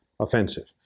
Offensive